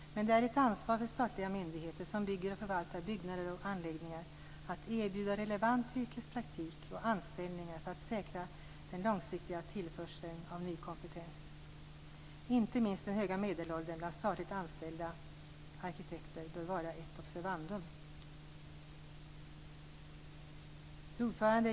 Men det är ett ansvar för statliga myndigheter som bygger och förvaltar byggnader och anläggningar att erbjuda relevant yrkespraktik och anställningar för att säkra den långsiktiga tillförseln av ny kompetens. Inte minst den höga medelåldern bland statligt anställda arkitekter bör vara ett observandum. Fru talman!